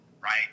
right